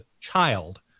child